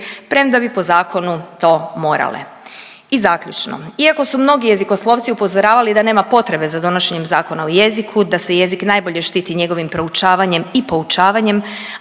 premda bi po zakonu to morale. I zaključno iako su mnogi jezikoslovci upozoravali da nema potrebe za donošenjem zakona o jeziku, da se jezik najbolje štiti njegovim proučavanjem i poučavanjem,